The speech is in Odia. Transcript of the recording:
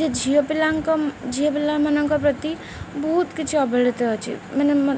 ଯେ ଝିଅ ପିଲାଙ୍କ ଝିଅ ପିଲାମାନଙ୍କ ପ୍ରତି ବହୁତ କିଛି ଅବହେଳିତ ଅଛି ମାନେ